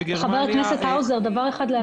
חבר הכנסת האוזר, צריך להזכיר דבר אחד: